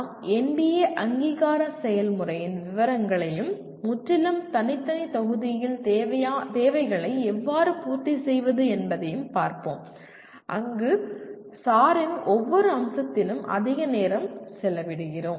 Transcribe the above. நாம் NBA அங்கீகார செயல்முறையின் விவரங்களையும் முற்றிலும் தனித்தனி தொகுதியில் தேவைகளை எவ்வாறு பூர்த்தி செய்வது என்பதையும் பார்ப்போம் அங்கு SAR இன் ஒவ்வொரு அம்சத்திலும் அதிக நேரம் செலவிடுகிறோம்